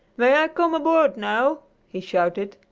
may i come aboard now? he shouted.